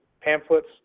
pamphlets